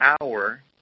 hour